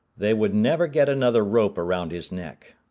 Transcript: they would never get another rope around his neck.